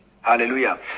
Hallelujah